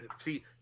See